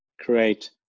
create